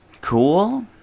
Cool